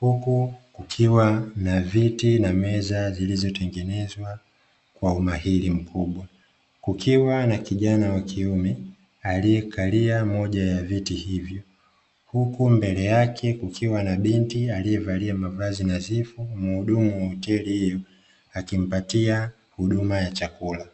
huku kukiwa na viti na meza zilizotengenezwa kwa umahiri mkubwa, kukiwa na kijana wa kiume aliyekalia moja ya viti hivyo huku mbele yake kukiwa na binti aliyevalia mavazi nadhifu muhudumu wa hoteli hiyo akimpatia huduma ya chakula.